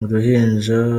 uruhinja